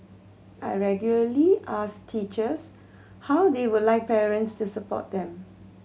I regularly ask teachers how they would like parents to support them